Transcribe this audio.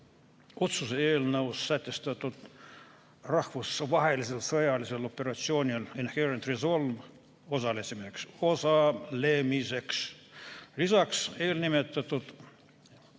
otsuse eelnõus sätestatud rahvusvahelisel sõjalisel operatsioonil Inherent Resolve osalemiseks. Lisaks eelnimetatud